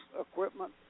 equipment